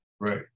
right